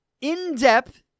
in-depth